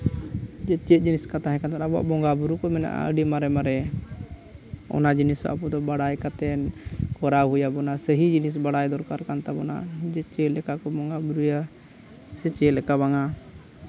ᱪᱮᱫ ᱡᱤᱱᱤᱥ ᱠᱚ ᱛᱟᱦᱮᱸ ᱠᱟᱱ ᱛᱟᱵᱚᱱᱟ ᱟᱵᱚᱣᱟᱜ ᱵᱚᱸᱜᱟᱼᱵᱩᱨᱩ ᱠᱚ ᱢᱮᱱᱟᱜᱼᱟ ᱟᱹᱰᱤ ᱢᱟᱨᱮ ᱢᱟᱨᱮ ᱚᱱᱟ ᱡᱤᱱᱤᱥ ᱟᱵᱚ ᱫᱚ ᱵᱟᱲᱟᱭ ᱠᱟᱛᱮ ᱠᱚᱨᱟᱣ ᱦᱩᱭ ᱟᱵᱚᱱᱟ ᱥᱟᱹᱦᱤ ᱡᱤᱱᱤᱥ ᱵᱟᱲᱟᱭ ᱫᱚᱨᱠᱟᱨ ᱠᱟᱱ ᱛᱟᱵᱚᱱᱟ ᱡᱮ ᱪᱮᱫ ᱞᱮᱠᱟ ᱠᱚ ᱵᱚᱸᱜᱟᱼᱵᱩᱨᱩᱭᱟ ᱥᱮ ᱪᱮᱫ ᱞᱮᱠᱟ ᱵᱟᱝᱟ